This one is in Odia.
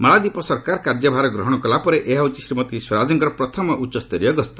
ମାଳଦୀପ ସରକାର କାର୍ଯ୍ୟଭାର ଗ୍ରହଣ କଲା ପରେ ଏହାର ହେଉଛି ଶ୍ରୀମତୀ ସ୍ୱରାଜଙ୍କର ପ୍ରଥମ ଉଚ୍ଚସ୍ତରୀୟ ଗସ୍ତ